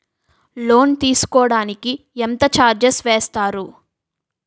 Loan తీసుకోడానికి ఎంత charges వేస్తారు?